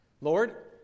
Lord